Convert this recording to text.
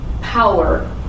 power